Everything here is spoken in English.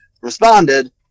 responded